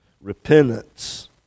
Repentance